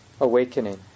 awakening